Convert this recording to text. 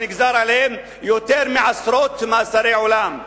שנגזרו עליהם יותר מעשרות מאסרי עולם.